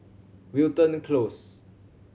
Wilton Close